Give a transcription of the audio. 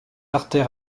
artère